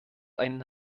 einen